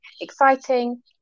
exciting